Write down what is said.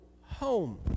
home